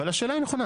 השאלה היא נכונה.